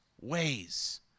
ways